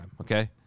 Okay